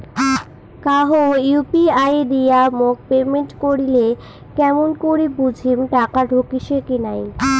কাহো ইউ.পি.আই দিয়া মোক পেমেন্ট করিলে কেমন করি বুঝিম টাকা ঢুকিসে কি নাই?